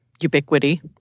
ubiquity